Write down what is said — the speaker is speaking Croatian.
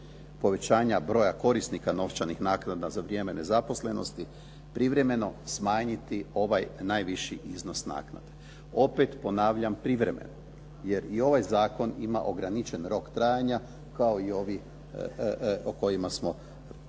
povećanja broja korisnika novčanih naknada za vrijeme nezaposlenosti privremeno smanjiti ovaj najviši iznos naknade. Opet ponavljam privremeno jer i ovaj zakon ima ograničeni rok trajanja kao i ovi o kojima smo u